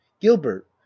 gilbert